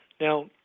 Now